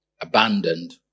abandoned